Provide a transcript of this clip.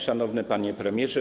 Szanowny Panie Premierze!